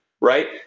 Right